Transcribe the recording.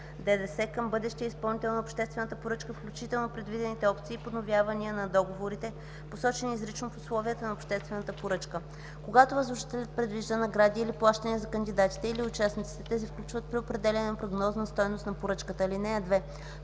(ДДС) към бъдещия изпълнител на обществената поръчка, включително предвидените опции и подновявания на договорите, посочени изрично в условията на обществената поръчка. Когато възложителят предвижда награди или плащания за кандидатите или участниците, те се включват при определяне на прогнозната стойност на поръчката. (2)